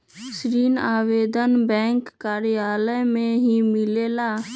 ऋण आवेदन बैंक कार्यालय मे ही मिलेला?